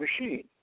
machine